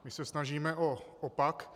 My se snažíme o opak.